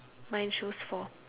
mine shows four